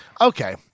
Okay